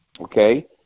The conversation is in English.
okay